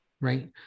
right